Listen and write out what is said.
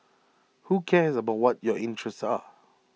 who cares about what your interests are